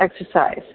exercise